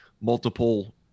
multiple